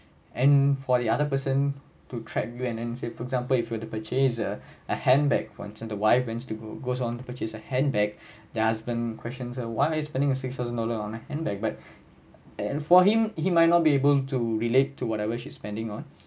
and for the other person to track you and then say for example if you were to purchase a a handbag for instance the wife went to goes on to purchase a handbag the husband questions why are you spending a six thousand dollar on a handbag but and for him he might not be able to relate to whatever she is spending on